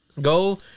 go